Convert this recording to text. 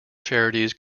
charities